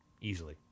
easily